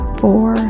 four